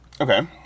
Okay